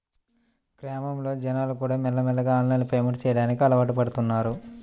గ్రామాల్లోని జనాలుకూడా మెల్లమెల్లగా ఆన్లైన్ పేమెంట్ చెయ్యడానికి అలవాటుపడుతన్నారు